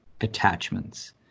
attachments